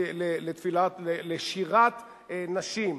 לשירת נשים.